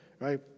right